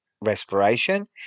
respiration